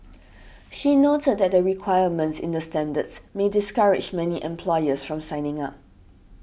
she noted that the requirements in the standards may discourage many employers from signing up